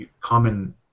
common